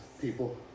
people